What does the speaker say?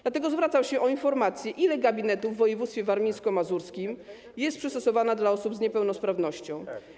Dlatego zwracam się z prośbą o informację, ile gabinetów w województwie warmińsko-mazurskim jest przystosowanych do osób z niepełnosprawnością.